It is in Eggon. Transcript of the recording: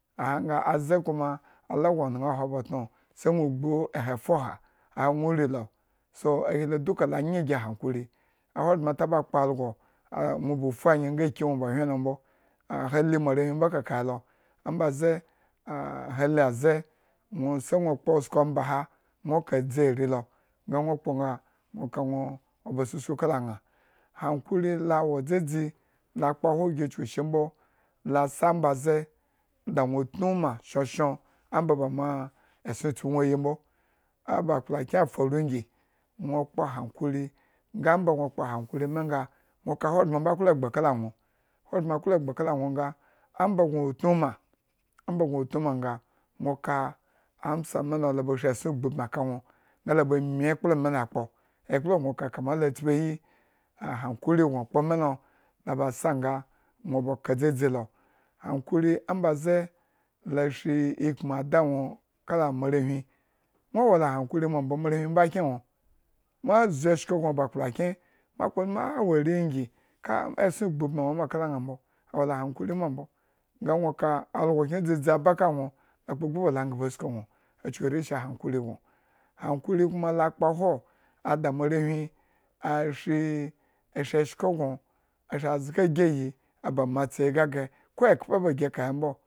A ha nga aʒe kuma ala nwo nalg oha ba tno sai nwo gbu eha fuha aha nwo ri lo, so ayi lo duka la nyagi hankuri ahogbren ataba akpo algo a gno bo fu anye nga aki no ba wyen bo, hali moarenwhi bo akaka helo, amba ʒe hali aʒe gno sai nwo sko omba aha nwo ka adzi ari lo nga gno kpo nga nwo ba susuku ka la nã. Hankuri la wo dʒeʒi la kpaho gyi chukushi mbo la sa amba ʒeda nwo tnu ma shonshon omba ba ma eson atsibi ayi mbo. A ba kplakyen faru igi nwo kpo hankuri nga amba gno kpo hankuri me nga, nwo ka ahogbren bo aklo-egba nga, omba nwo utnu ma, omba nwo nga, nwo ka amsa me lo la ba shi eson agbu ubin aka nwo nga la ba mi ekplo melo kpo, akplo nwo kpo me lo la ba sa nga nwo ba ka dʒeʒilo hankuri kala moarenwhin nwo wola hankuri ma mbo, moarewhin bo akyen mo ʒu eshko gno ba kplakyen, mo akpo nga mo lu a wo ari igi ka eson egbu ubin a wo kala ari lo mbo, awo la hankuri mambo. nga nwo ka algo kyen dʒeʒi aba ka gno akpo agbu ba lo gobo asuku nwo achuku rashin gaskiya nwo hankuri kuma la akpaho ada moarenwhi ashi-ashi eshko nwo aʒga agiyin aba matsiyin gagyeko ekboba.